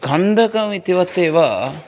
खन्दकमितिवत् एव